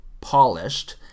polished